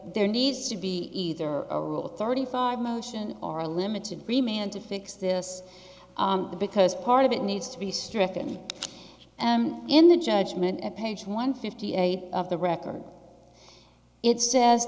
there needs to be either a rule thirty five motion or a limited free man to fix this because part of it needs to be stricken and in the judgment of page one fifty eight of the record it says